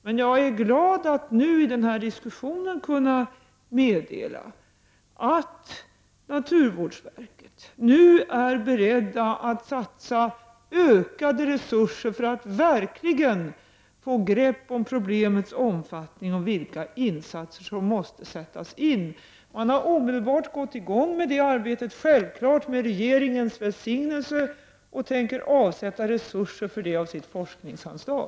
Men jag är glad att i den här diskussionen kunna meddela att naturvårdsverket nu är berett att satsa ökade resurser för att verkligen få grepp om problemets omfattning och vilka insatser som måste göras. Man har omedelbart satt i gång med det arbetet, självfallet med regeringens välsignelse, och tänker avsätta resurser för det av sitt forskningsanslag.